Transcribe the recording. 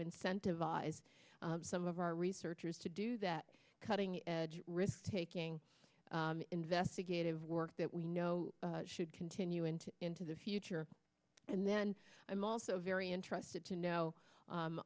incentivize some of our researchers to do that cutting edge risk taking investigative work that we know should continue into into the future and then i'm also very interested to know